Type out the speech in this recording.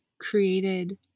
created